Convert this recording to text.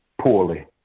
poorly